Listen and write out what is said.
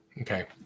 Okay